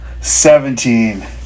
seventeen